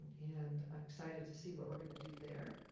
and excited to see what we're gonna do there.